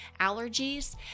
allergies